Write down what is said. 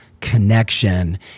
connection